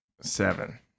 Seven